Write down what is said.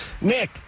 Nick